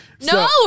no